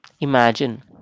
Imagine